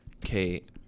kate